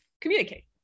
communicate